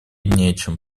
нечем